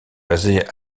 basé